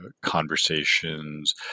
conversations